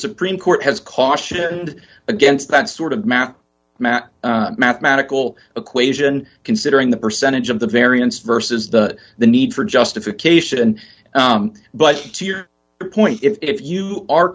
supreme court has cautioned against that sort of math mat mathematical equation considering the percentage of the variance versus the the need for justification but to your point if you are